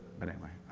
but anyway,